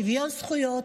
שוויון זכויות,